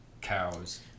cows